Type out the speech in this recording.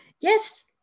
Yes